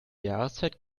jahreszeit